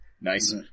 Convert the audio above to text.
Nice